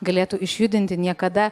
galėtų išjudinti niekada